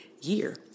year